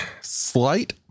slight